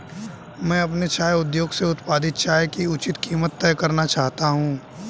मैं अपने चाय उद्योग से उत्पादित चाय की उचित कीमत तय करना चाहता हूं